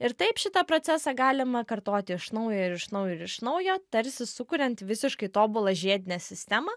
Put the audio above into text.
ir taip šitą procesą galima kartoti iš naujo ir iš naujo ir iš naujo tarsi sukuriant visiškai tobulą žiedinę sistemą